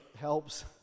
helps